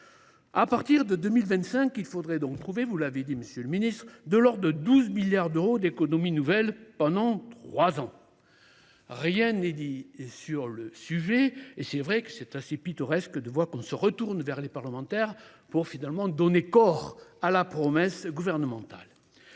À partir de 2025, il faudrait trouver, vous l’avez dit, monsieur le ministre, environ 12 milliards d’euros d’économies nouvelles pendant trois ans. Rien n’est dit sur le sujet. Par ailleurs, il est assez pittoresque d’observer que vous vous tournez vers les parlementaires pour, finalement, donner corps à la promesse gouvernementale